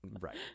right